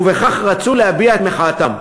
ובכך רצו להביע את מחאתם.